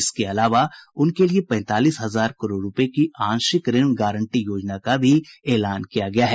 इसके अलावा उनके लिए पैंतालीस हजार करोड़ रुपये की आंशिक ऋण गारंटी योजना का भी एलान किया गया है